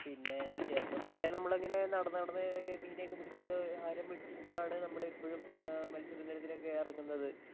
പിന്നെ ചെറുപ്പം തൊട്ടേ നമ്മളിങ്ങനെ നടന്ന് നടന്ന് ഒരു മീനെയൊക്കെ പിടിച്ചിട്ട് ഹരം പിടിച്ചിട്ടാണ് നമ്മളിപ്പഴും മത്സ്യ ബന്ധനത്തിനൊക്കെ ഇറങ്ങുന്നത്